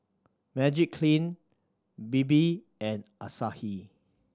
Magiclean Bebe and Asahi